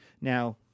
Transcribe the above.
Now